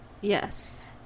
Yes